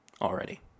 already